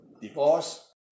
divorce